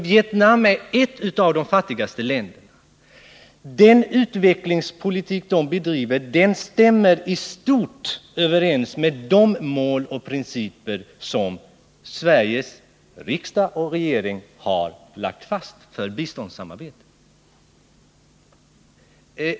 Vietnam är ett av de fattigaste länderna. Den utvecklingspolitik man bedriver där stämmer i stort sett överens med de mål och principer som Sveriges riksdag och regering har lagt fast för biståndssamarbetet.